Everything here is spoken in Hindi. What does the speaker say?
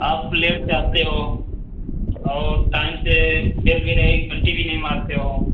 आप लेट से आते हो और टाइम से बेल भी नहीं घंटी भी नहीं मारते हो